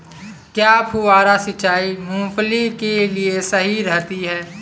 क्या फुहारा सिंचाई मूंगफली के लिए सही रहती है?